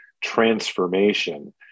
transformation